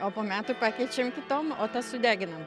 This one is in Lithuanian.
o po metų pakeičiam kitom o tas sudeginam